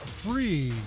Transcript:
free